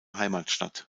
heimatstadt